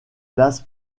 las